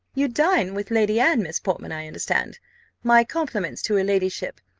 you dine with lady anne, miss portman, i understand my compliments to her ladyship,